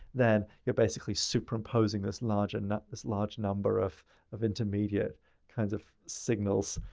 then you're basically superimposing this large and this large number of of intermediate kind of signals.